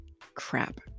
crap